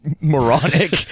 moronic